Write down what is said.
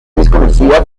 desconocida